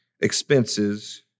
expenses